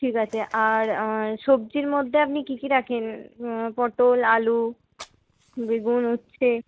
ঠিক আছে আর সবজির মধ্যে আপনি কী কী রাখেন পটল আলু বেগুন উচ্ছে